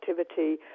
activity